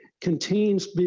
contains